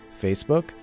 Facebook